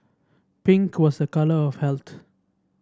pink was a colour of health